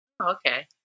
okay